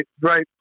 right